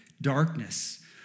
darkness